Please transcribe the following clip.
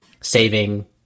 saving